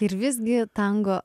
ir visgi tango